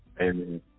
Amen